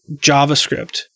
JavaScript